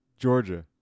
Georgia